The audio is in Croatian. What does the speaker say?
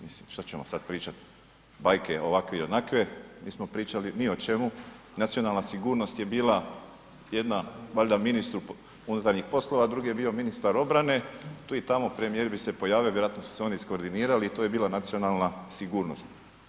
Mislim šta ćemo sada pričati bajke ovakve i onakve, nismo pričali ni o čemu, nacionalna sigurnost je bila jedna valjda ministru unutarnjih poslova a drugi je bio ministar obrane, tu i tamo premijer bi se pojavio, vjerojatno su se oni iskoordinirali i to je bila nacionalna sigurnost.